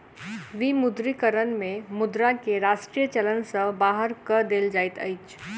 विमुद्रीकरण में मुद्रा के राष्ट्रीय चलन सॅ बाहर कय देल जाइत अछि